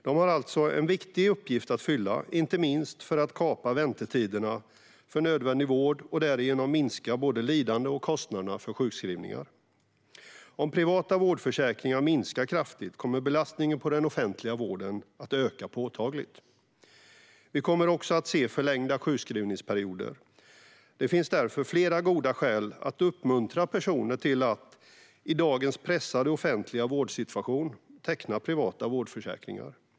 De har alltså en viktig uppgift att fylla, inte minst för att kapa väntetiderna för nödvändig vård och därigenom minska både lidande och kostnader för sjukskrivningar. Om privata vårdförsäkringar minskar kraftigt kommer belastningen på den offentliga vården att öka påtagligt. Vi kommer också att se förlängda sjukskrivningsperioder. Det finns därför flera goda skäl att i dagens pressade offentliga vårdsituation uppmuntra personer att teckna privata vårdförsäkringar.